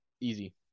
Easy